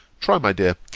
try, my dear,